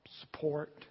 support